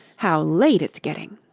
how late it's getting